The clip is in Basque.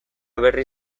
berri